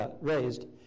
raised